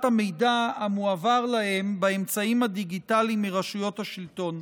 המידע המועבר להם באמצעים הדיגיטליים מרשויות השלטון.